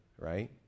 right